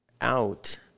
out